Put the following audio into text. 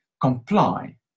comply